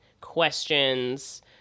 questions